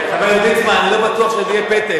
חבר הכנסת ליצמן, אני לא בטוח שזה יהיה פתק.